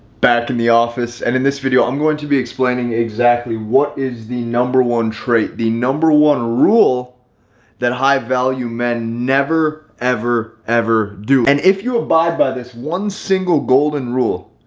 back in the office and in this video, i'm going to be explaining exactly what is the number one trait, the number one rule that high value men never ever, ever do. and if you abide by this one single golden rule,